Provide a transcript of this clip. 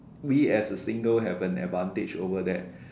we as a single has an advantage over that